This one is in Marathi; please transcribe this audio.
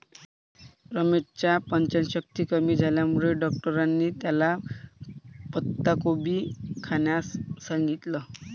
रमेशच्या पचनशक्ती कमी झाल्यामुळे डॉक्टरांनी त्याला पत्ताकोबी खाण्यास सांगितलं